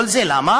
כל זה למה?